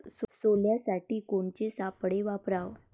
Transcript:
सोल्यासाठी कोनचे सापळे वापराव?